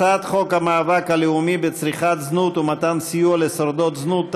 הצעת חוק המאבק הלאומי בצריכת זנות ומתן סיוע לשורדות זנות,